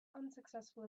unsuccessful